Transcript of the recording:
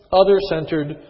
other-centered